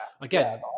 Again